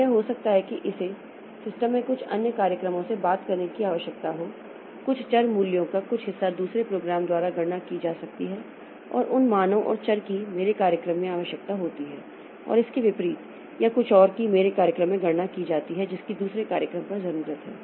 तो यह हो सकता है कि इसे सिस्टम में कुछ अन्य कार्यक्रमों से बात करने की आवश्यकता हो कुछ चर मूल्यों का कुछ हिस्सा दूसरे प्रोग्राम द्वारा गणना की जा सकती है और उन मानों और चर की मेरे कार्यक्रम में आवश्यकता होती है और इसके विपरीत या कुछ और की मेरे कार्यक्रम में गणना की जाती है जिसकी दूसरे कार्यक्रम पर जरूरत है